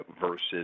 versus